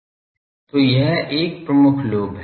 तो यह एक प्रमुख लोब है